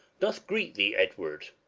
doth greet thee, edward,